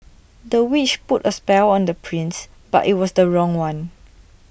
the witch put A spell on the prince but IT was the wrong one